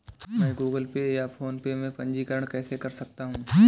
मैं Google Pay या PhonePe में पंजीकरण कैसे कर सकता हूँ?